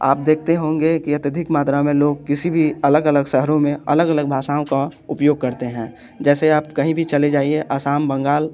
आप देखते होंगे कि अत्यधिक मात्रा में लोग किसी भी अलग अलग शहरों में अलग अलग भाषाओं का उपयोग करते हैं जैसे आप कहीं भी चले जाइये असम बंगाल